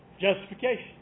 justification